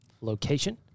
location